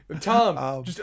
Tom